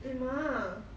eh ma